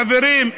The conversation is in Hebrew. חברים,